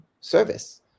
service